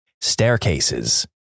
Staircases